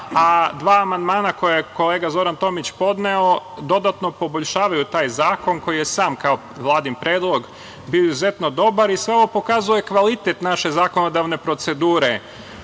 a dva amandmana koja je kolega Zoran Tomić podneo, dodatno poboljšavaju taj zakon, koji je sam kao Vladin predlog , bio izuzetno dobar. Sve ovo pokazuje kvalitet naše zakonodavne procedure,